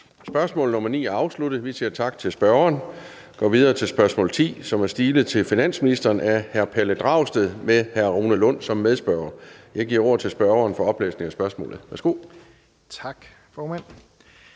Spørgsmål nr. 9 er afsluttet. Vi siger tak til spørgeren. Vi går videre til spørgsmål nr. 10, som er stilet til finansministeren af hr. Pelle Dragsted med hr. Rune Lund som medspørger. Kl. 14:19 Spm. nr. S 354 10) Til finansministeren af: